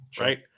Right